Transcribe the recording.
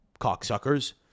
cocksuckers